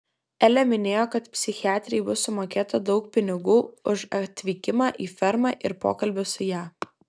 elė minėjo kad psichiatrei bus sumokėta daug pinigų už atvykimą į fermą ir pokalbį su ja